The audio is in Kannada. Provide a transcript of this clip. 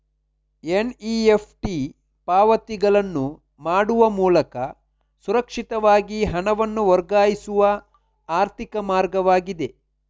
ಎನ್.ಇ.ಎಫ್.ಟಿ ಪಾವತಿಗಳನ್ನು ಮಾಡುವ ಮೂಲಕ ಸುರಕ್ಷಿತವಾಗಿ ಹಣವನ್ನು ವರ್ಗಾಯಿಸುವ ಆರ್ಥಿಕ ಮಾರ್ಗವಾಗಿದೆ